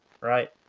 Right